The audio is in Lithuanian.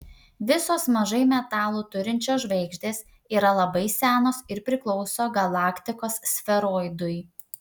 visos mažai metalų turinčios žvaigždės yra labai senos ir priklauso galaktikos sferoidui